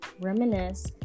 reminisce